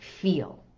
feel